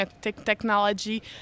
technology